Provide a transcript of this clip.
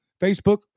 Facebook